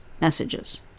messages